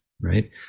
right